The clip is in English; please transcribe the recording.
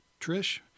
Trish